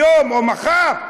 היום או מחר,